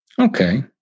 Okay